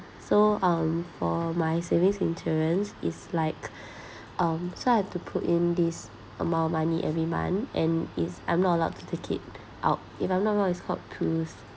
so um for my savings insurance is like um so I had to put in this amount of money every month and it's I'm not allowed to take it out if I'm not wrong it's called pruise